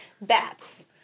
Bats